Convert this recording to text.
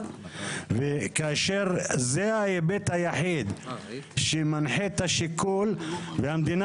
וכאשר זה ההיבט היחיד שמנחה את השיקול והמדינה